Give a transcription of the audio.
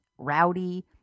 rowdy